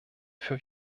für